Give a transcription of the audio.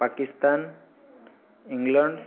Pakistan England